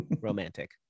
Romantic